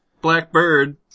Blackbird